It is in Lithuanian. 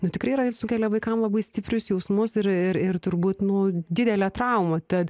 nu tikrai yra ir sukelia vaikam labai stiprius jausmus ir ir ir turbūt nu didelė traumų tad